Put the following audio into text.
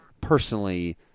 personally